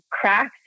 cracks